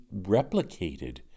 replicated